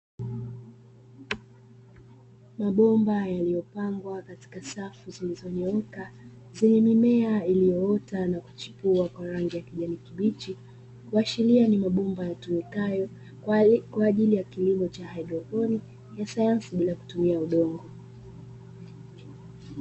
Mabomba yaliyopangwa katika safu zilizonyooka, zenye mimea iliyoota na kuchipua kwa rangi ya kijani kibichi, kuashiria ni mabomba yatumikayo kwa ajili ya kilimo cha haidroponi, ya sayansi bila kutumia udongo.